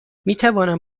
میتوانم